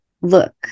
look